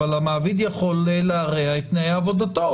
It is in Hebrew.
אבל יכול להרע את תנאי עבודתו,